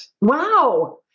Wow